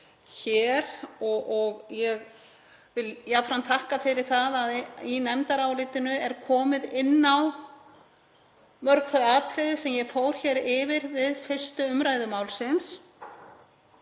Ég vil jafnframt þakka fyrir það að í nefndarálitinu er komið inn á mörg þau atriði sem ég fór yfir við 1. umr. málsins.